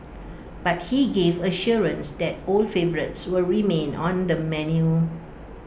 but he gave assurance that old favourites will remain on the menu